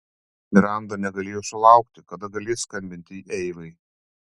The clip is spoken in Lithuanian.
miranda negalėjo sulaukti kada galės skambinti eivai